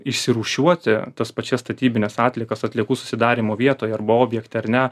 išsirūšiuoti tas pačias statybines atliekas atliekų susidarymo vietoje arba objekte ar ne